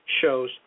shows